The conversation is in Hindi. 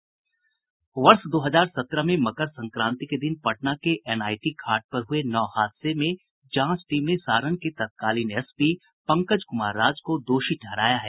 वर्ष दो हजार सत्रह में मकर संक्रांति के दिन पटना के एनआईटी घाट पर हुये नाव हादसे में जांच टीम ने सारण के तत्कालीन एसपी पंकज कुमार राज को दोषी ठहराया है